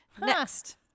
Next